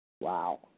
Wow